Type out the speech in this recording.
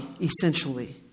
essentially